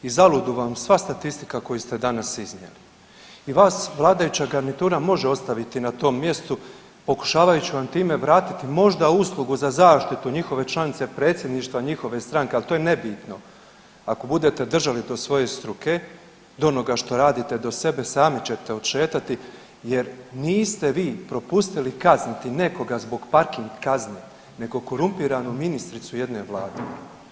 I zaludu vam sva statistika koju ste danas iznijeli i vas vladajuća garnitura može ostaviti na tom mjestu pokušavajući vam time vratiti možda uslugu za zaštitu njihove članice predsjedništva njihove stranke, ali to je nebitno ako budete držali do svoje struke, do onoga što radite do sebe same ćete odšetati jer niste vi propustili kazniti nekoga zbog parking kazni nego korumpiranu ministricu u jednoj vladi.